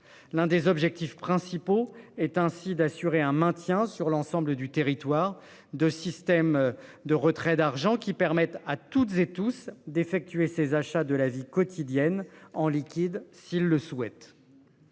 l'un des objectifs principaux est ainsi d'assurer un maintien sur l'ensemble du territoire de systèmes de retraits d'argent qui permettent à toutes et tous d'effectuer ses achats de la vie quotidienne en liquide s'ils le souhaitent.